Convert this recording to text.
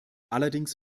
allerdings